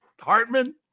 Hartman